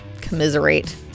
commiserate